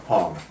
Hong